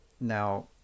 now